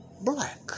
black